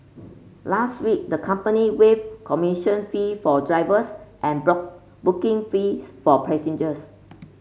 last week the company waived commission fee for drivers and booking fees for passengers